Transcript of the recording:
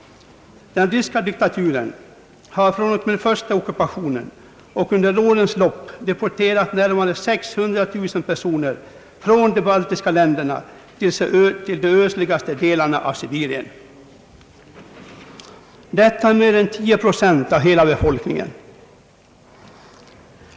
Den ryska diktaturen har fr.o.m. den första ockupationen och under årens lopp deporterat närmare 600 000 personer från de baltiska länderna till de östligaste delarna av Sibirien. Detta är mer än tio procent av hela befolkningen.